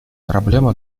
проблема